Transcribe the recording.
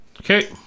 Okay